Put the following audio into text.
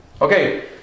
okay